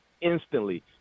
instantly